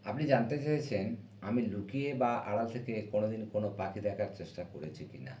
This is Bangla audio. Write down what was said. আপনি জানতে চেয়েছেন আমি লুকিয়ে বা আড়াল থেকে কোনো দিন কোনো পাখি দেখার চেষ্টা করেছি কি না